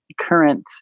current